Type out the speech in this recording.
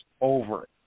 over